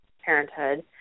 parenthood